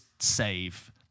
save